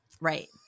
right